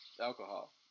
alcohol